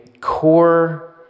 core